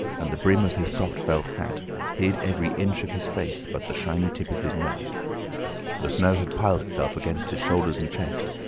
and the brim of his soft felt hat hid every inch of his face but the shiny tip of his nose the snow had piled itself against his shoulders and chest,